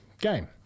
game